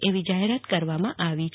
એવી જાહેરાત કરવામાં આવી છે